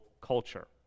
culture